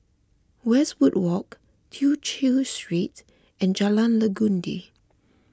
Westwood Walk Tew Chew Street and Jalan Legundi